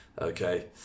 Okay